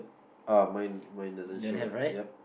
uh mine mine doesn't show that yup